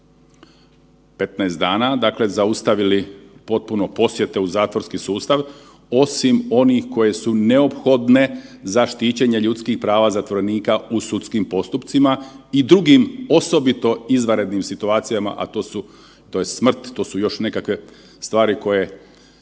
15 dana zaustavili potpuno posjete u zatvorski sustav osim onih koje su neophodne za štićenje ljudskih prava zatvorenika u sudskim postupcima i drugim osobito izvanrednim situacijama, a to je smrt, to su još nekakve stvari koje